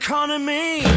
Economy